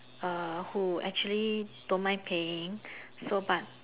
uh who actually don't mind paying so but